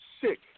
sick